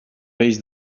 peix